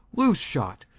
loose shot,